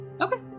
Okay